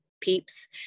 peeps